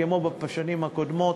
כמו בשנים הקודמות,